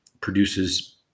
produces